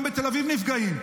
גם בתל אביב נפגעים.